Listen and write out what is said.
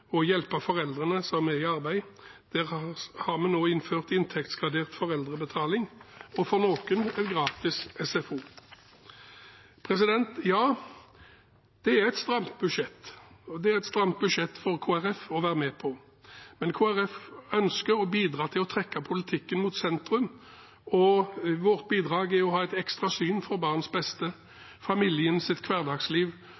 og hjelpe foreldrene som er i arbeid. Der har vi nå innført inntektsgradert foreldrebetaling, og for noen gratis SFO. Ja, det er et stramt budsjett, og det er et stramt budsjett for Kristelig Folkeparti å være med på. Men Kristelig Folkeparti ønsker å bidra til å trekke politikken mot sentrum, og vårt bidrag er å ha et ekstra syn for barns